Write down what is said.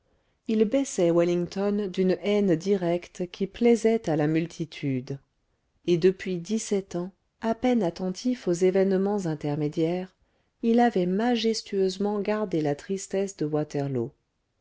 il baissait wellington d'une haine directe qui plaisait à la multitude et depuis dix-sept ans à peine attentif aux événements intermédiaires il avait majestueusement gardé la tristesse de waterloo